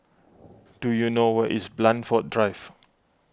do you know where is Blandford Drive